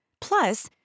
Plus